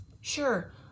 sure